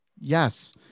Yes